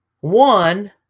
One